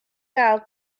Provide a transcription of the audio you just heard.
gael